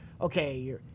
Okay